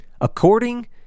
According